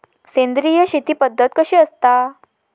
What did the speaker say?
सेंद्रिय शेती पद्धत कशी असता?